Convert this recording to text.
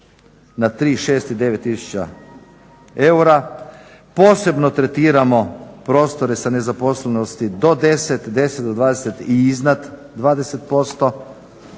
na 3, 6 i 9 tisuća eura, posebno tretiramo prostore sa nezaposlenosti do 10, 10 do 20 i iznad 20%.